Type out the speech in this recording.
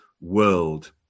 world